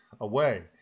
away